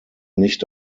nicht